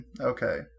Okay